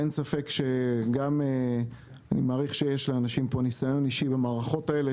אני מעריך שלאנשים פה ניסיון אישי במערכות האלה,